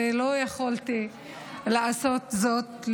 ולא יכולתי לעשות זאת,